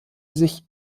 sich